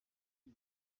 ibi